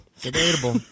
debatable